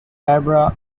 barbara